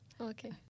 Okay